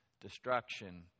destruction